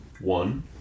One